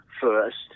first